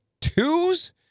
twos